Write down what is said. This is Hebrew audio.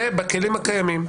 זה בכלים הקיימים.